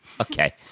okay